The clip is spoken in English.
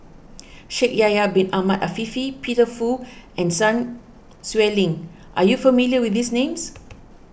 Shaikh Yahya Bin Ahmed Afifi Peter Fu and Sun Xueling are you not familiar with these names